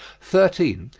thirteen.